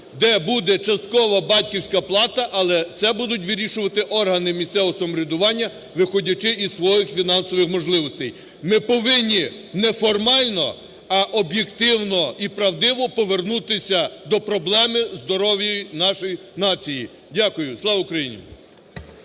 де буде частково батьківська плата, але це будуть вирішувати органи місцевого самоврядування, виходячи із своїх фінансових можливостей. Ми повинні не формально, а об'єктивно і правдиво повернутися до проблеми здоров'я нашої нації. Дякую. Слава Україні!